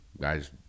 guys